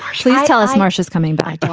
please tell us marshals coming back.